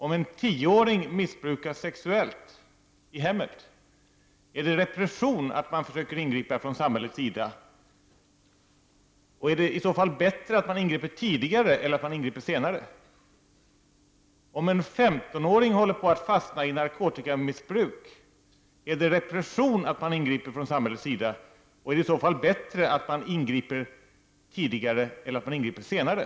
Om en tioåring missbrukas sexuellt i hemmet, är det då repression att man försöker ingripa från samhällets sida? Är det i så fall bättre att man ingriper tidigare eller att man ingriper senare? Om en 15-åring håller på att fastna i narkotikamissbruk, är det repression att man ingriper från samhällets sida? Är det i så fall bättre att man ingriper tidigare eller att man ingriper senare?